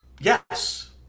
Yes